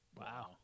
wow